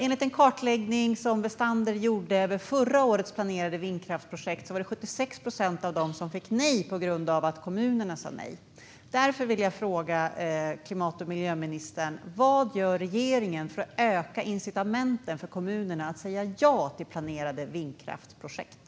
Enligt en kartläggning som Westander gjorde över förra årets planerade vindkraftsprojekt var det 76 procent av dem som fick nej på grund av att kommunerna sa nej. Därför vill jag fråga klimat och miljöministern: Vad gör regeringen för att öka incitamenten för kommunerna att säga ja till planerade vindkraftsprojekt?